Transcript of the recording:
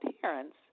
parents